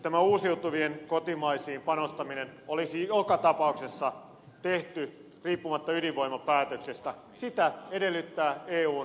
tämä uusiutuviin kotimaisiin panostaminen olisi joka tapauksessa tehty riippumatta ydinvoimapäätöksestä sitä edellyttävät eun sitovat päätökset